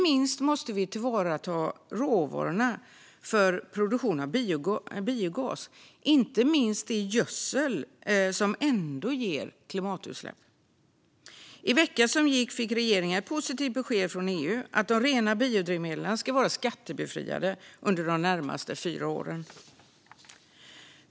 Vi måste tillvarata råvarorna för produktionen av biogas, inte minst gödsel, som ändå ger klimatutsläpp. I veckan som gick fick regeringen ett positivt besked från EU om att de rena biodrivmedlen ska vara skattebefriade under de närmaste fyra åren.